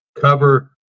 cover